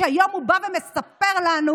שהיום הוא בא ומספר לנו,